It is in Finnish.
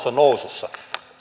on nousussa